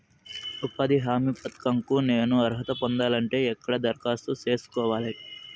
ఉపాధి హామీ పథకం కు నేను అర్హత పొందాలంటే ఎక్కడ దరఖాస్తు సేసుకోవాలి?